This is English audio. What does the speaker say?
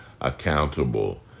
accountable